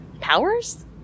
Powers